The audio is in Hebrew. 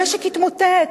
המשק יתמוטט,